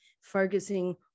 focusing